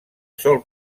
sol